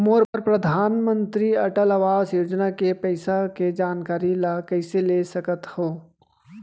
मोर परधानमंतरी अटल आवास योजना के पइसा के जानकारी ल कइसे ले सकत हो?